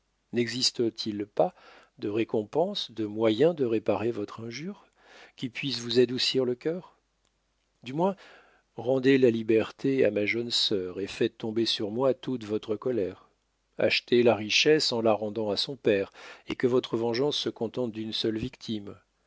n'existe-t-il pas de récompenses de moyens de réparer votre injure qui puissent vous adoucir le cœur du moins rendez la liberté à ma jeune sœur et faites tomber sur moi toute votre colère achetez la richesse en la rendant à son père et que votre vengeance se contente d'une seule victime